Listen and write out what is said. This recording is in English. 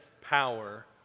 power